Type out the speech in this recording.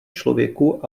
člověku